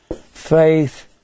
Faith